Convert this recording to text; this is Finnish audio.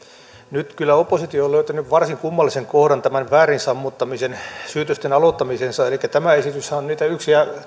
nyt kyllä oppositio on löytänyt varsin kummallisen kohdan väärin sammuttamisen syytösten aloittamiseensa elikkä tämä esityshän on niitä yksiä